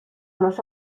los